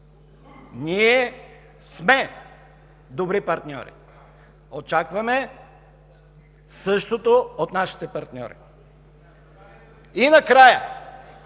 Ние сме добри партньори, очакваме същото от нашите партньори. И накрая,